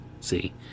see